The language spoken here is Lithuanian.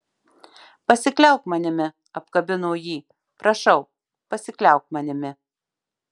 pasikliauk manimi apkabino jį prašau pasikliauk manimi